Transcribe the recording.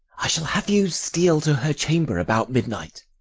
i shall have you steal to her chamber about midnight.